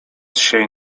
sień